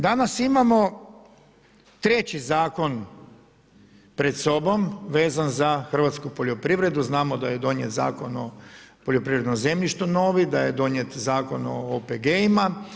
Danas imamo treći zakon pred sobom vezan za Hrvatsku poljoprivredu, znamo da je donijet Zakon o poljoprivrednom zemljištu novi, da je donijet Zakon o OPG-ima.